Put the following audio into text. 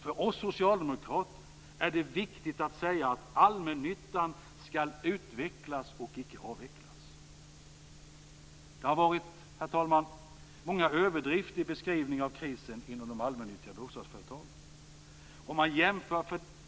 För oss socialdemokrater är det viktigt att säga att allmännyttan skall utvecklas och icke avvecklas. Herr talman! Det har varit många överdrifter i beskrivningen av krisen inom de allmännyttiga bostadsföretagen.